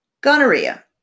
Gonorrhea